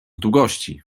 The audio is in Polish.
długości